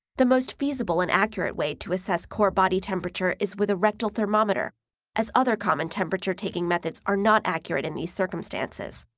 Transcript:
the most feasible and accurate way to assess core body temperature is with a rectal thermometer as other common temperature-taking methods are not accurate in these circumstances.